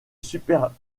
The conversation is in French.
superficie